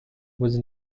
was